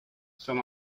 som